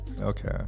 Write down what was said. Okay